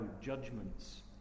judgments